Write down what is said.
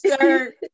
sir